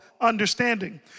understanding